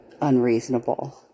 unreasonable